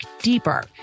deeper